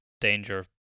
danger